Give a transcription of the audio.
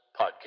Podcast